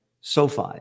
SoFi